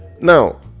Now